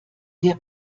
der